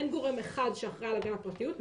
אין גורם אחד שאחראי על הגנת הפרטיות.